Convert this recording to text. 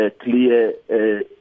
clear